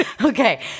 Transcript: Okay